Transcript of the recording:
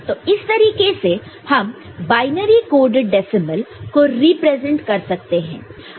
तो इस तरीके से हम बायनरी कोडड डेसीमल को रिप्रेजेंट कर सकते हैं